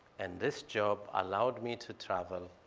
and this job allowed me to travel